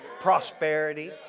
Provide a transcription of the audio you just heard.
prosperity